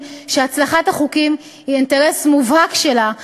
שהצלחת החוקים היא אינטרס מובהק שלה,